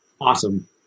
awesome